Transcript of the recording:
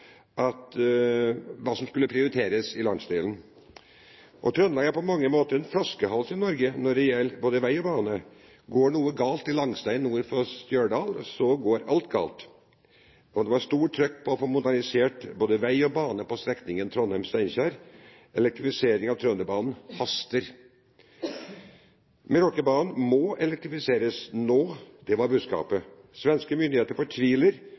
hva som skulle prioriteres i landsdelen. Trøndelag er på mange måter en flaskehals i Norge når det gjelder både vei og bane. Går noe galt på Langstein nord for Stjørdal, går alt galt. Derfor var det stort trøkk på å få modernisert både vei og bane på strekningen Trondheim–Steinkjer. Elektrifisering av Trønderbanen haster, Meråkerbanen må elektrifiseres nå – det var budskapet. Svenske myndigheter fortviler.